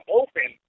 open